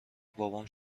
بابام